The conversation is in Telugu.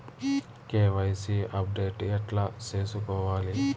కె.వై.సి అప్డేట్ ఎట్లా సేసుకోవాలి?